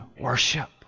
worship